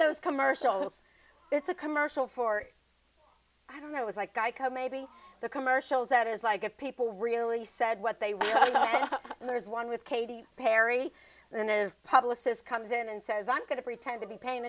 those commercials it's a commercial for i don't know it was like geico maybe the commercials that is like it people really said what they want and there's one with katy perry and his publicist comes in and says i'm going to pretend to be paying